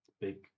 big